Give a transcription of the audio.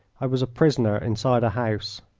i was a prisoner inside a house.